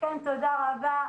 תודה רבה.